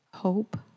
hope